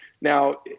Now